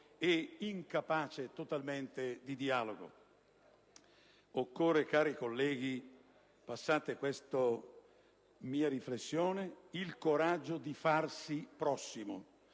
e incapace totalmente di dialogo. Occorre - cari colleghi, passatemi questa mia riflessione - il coraggio di «farsi prossimo»,